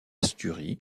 asturies